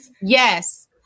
yes